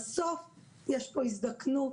בסוף יש פה הזדקנות,